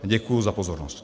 Děkuji za pozornost.